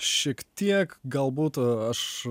šiek tiek gal būt aš